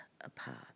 apart